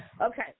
Okay